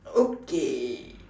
okay